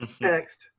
Next